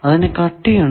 അതിനു കട്ടി ഉണ്ട്